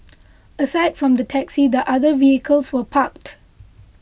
aside from the taxi the other vehicles were parked